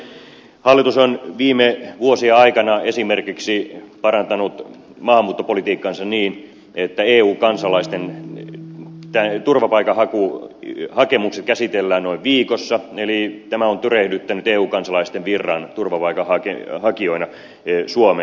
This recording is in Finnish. hallitus on viime vuosien aikana esimerkiksi parantanut maahanmuuttopolitiikkaansa niin että eu kansalaisten niin että ei turvapaikanhaku ja turvapaikkahakemukset käsitellään noin viikossa eli tämä on tyrehdyttänyt eu kansalaisten virran turvapaikanhakijoina suomeen